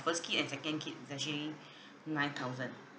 first kid and second kid is actually nine thousand